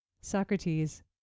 Socrates